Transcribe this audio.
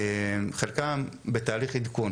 חלקם בתהליך עדכון,